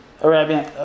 Arabian